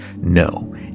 No